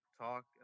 talk